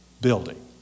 building